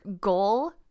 Goal